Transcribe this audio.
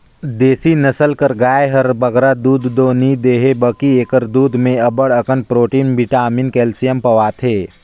देसी नसल कर गाय हर बगरा दूद दो नी देहे बकि एकर दूद में अब्बड़ अकन प्रोटिन, बिटामिन, केल्सियम पवाथे